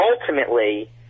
Ultimately